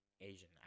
asian